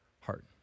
heart